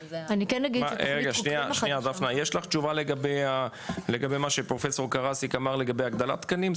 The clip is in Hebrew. יש לך תשובה לגבי מה שפרופסור קארסיק אמר לגבי הגדלת תקנים?